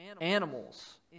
animals